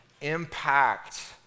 impact